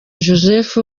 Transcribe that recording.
joseph